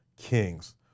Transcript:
kings